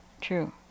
true